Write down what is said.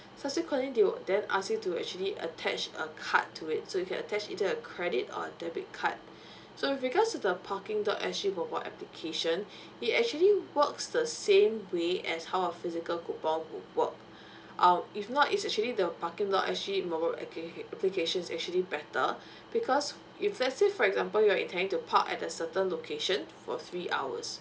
subsequently they would then ask you to actually attach a card to it so if you attach into your credit or debit card so with regards to the parking dot S G mobile application it actually works the same way as how a physical coupon would work out if not it's actually the parking lot actually mobile application actually better because if let's say for example you're intending to park at the certain location for three hours